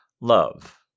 Love